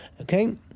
Okay